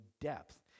depth